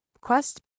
Quest